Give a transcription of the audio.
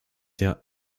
der